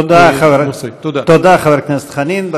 תודה, חבר הכנסת חנין.